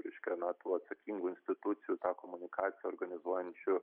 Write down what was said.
reiškia na tų atsakingų institucijų tą komunikaciją organizuojančių